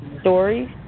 Stories